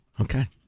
Okay